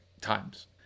times